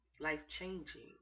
life-changing